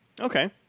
Okay